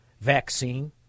vaccine